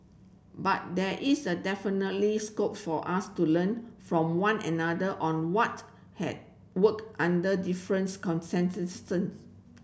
but there is a definitely scope for us to learn from one another on what has worked under different